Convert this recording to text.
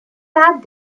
that